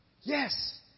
Yes